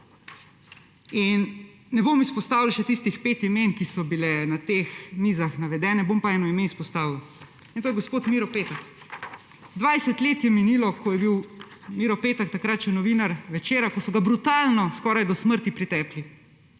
Ne bom izpostavljal tistih pet imen, ki so bila na teh mizah navedena, bom pa eno ime izpostavil, in to je gospod Miro Petek. 20 let je minilo – takrat je bil Miro Petek še novinar Večera – odkar so ga brutalno, skoraj do smrti pretepli,